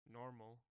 normal